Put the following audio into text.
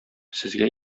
сезгә